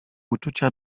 uczucia